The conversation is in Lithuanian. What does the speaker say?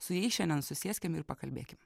su jais šiandien susėskim ir pakalbėkim